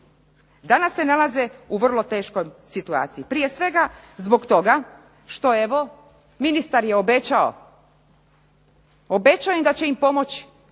Danas se nalaze u vrlo teškoj situaciji, prije svega zbog toga što evo ministar je obećao da će im pomoći.